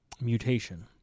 mutation